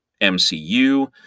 MCU